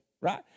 right